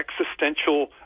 existential